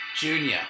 Junior